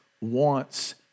wants